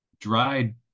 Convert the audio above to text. dried